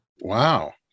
Wow